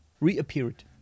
Reappeared